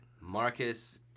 Marcus